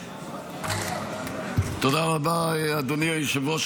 תודה רבה, אדוני היושב-ראש.